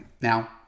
Now